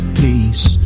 peace